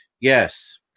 Yes